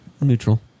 neutral